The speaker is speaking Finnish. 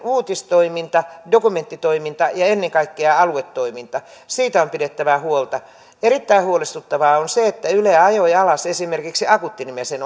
uutistoiminta dokumenttitoiminta ja ennen kaikkea aluetoiminta siitä on pidettävä huolta erittäin huolestuttavaa on se että yle ajoi alas esimerkiksi akuutti nimisen